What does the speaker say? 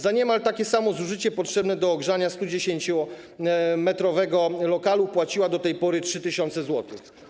Za niemal takie samo zużycie potrzebne do ogrzania 110-metrowego lokalu płaciła do tej pory 3 tys. zł.